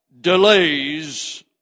delays